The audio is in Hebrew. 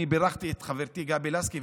אני בירכתי את חברתי גבי לסקי,